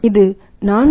இது 4